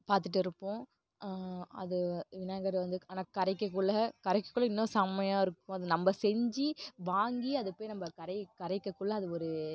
பார்த்துட்டு இருப்போம் அது விநாயகரை வந்து ஆனால் கரைக்கக்குள்ளே கரைக்கக்குள்ளே இன்னும் செம்மையா இருக்கும் அது நம்ம செஞ்சு வாங்கி அதை போய் நம்ம கரைக்க கரைக்கக்குள்ளே அது ஒரு